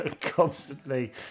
Constantly